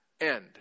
end